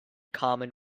common